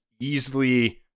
easily